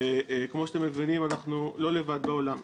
וכמו שאתם מבינים, אנחנו לא לבד בעולם,